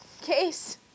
case